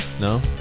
No